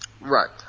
Right